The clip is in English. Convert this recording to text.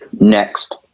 Next